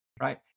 right